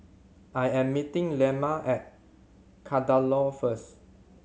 I am meeting Lemma at Kadaloor first